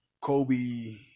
Kobe